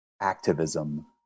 activism